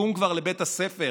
קום כבר לבית הספר,